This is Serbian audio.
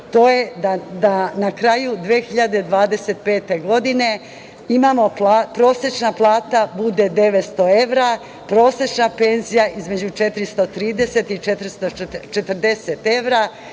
to je da na kraju 2025. godine prosečna plata bude 900 evra, prosečna penzija između 430 i 440 evra,